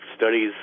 studies